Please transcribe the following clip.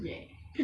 laughed